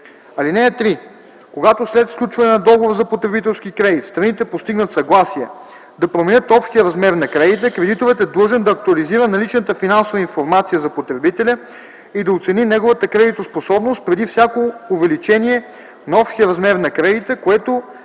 (3) Когато след сключване на договора за потребителски кредит страните постигнат съгласие да променят общия размер на кредита, кредиторът е длъжен да актуализира наличната финансова информация за потребителя и да оцени неговата кредитоспособност преди всяко увеличение на общия размер на кредита, което